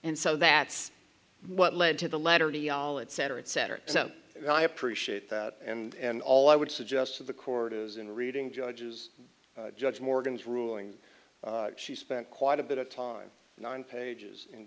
and so that's what led to the letter to yalit cetera et cetera so i appreciate that and all i would suggest to the court is in reading judge's judge morgan's ruling she spent quite a bit of time nine pages in